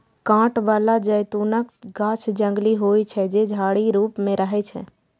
कांट बला जैतूनक गाछ जंगली होइ छै, जे झाड़ी रूप मे रहै छै